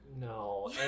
no